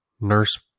nurse